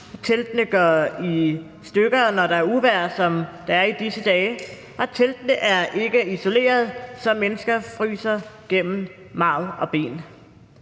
teltene går i stykker, når der er uvejr, som der er i disse dage, og teltene er ikke isoleret, så mennesker fryser, og kulden